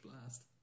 blast